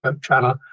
channel